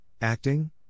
acting